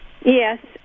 Yes